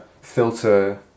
filter